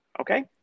Okay